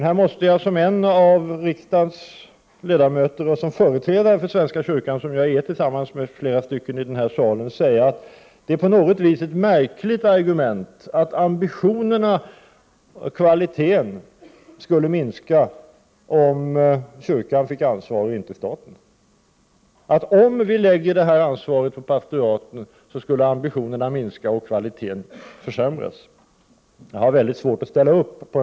Här måste jag dock, som en av riksdagens ledamöter och liksom flera andra i denna sal företrädare för svenska kyrkan, säga att det på något vis är ett märkligt argument att ambitionerna och kvaliteten skulle minska om kyrkan fick ansvaret i stället för staten. Man säger att om vi lade ansvaret på pastoraten skulle ambitionerna minska och kvaliteten försämras när det gäller kyrkomusiken.